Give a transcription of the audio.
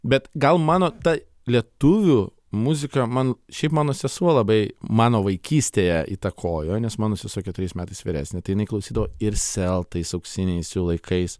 bet gal mano ta lietuvių muzika man šiaip mano sesuo labai mano vaikystėje įtakojo nes mano sesuo keturiais metais vyresnė tai jinai klausydavo ir sel tais auksiniais jo laikais